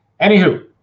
Anywho